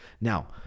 Now